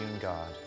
God